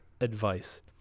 advice